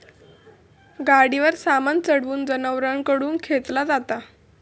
गाडीवर सामान चढवून जनावरांकडून खेंचला जाता